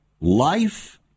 life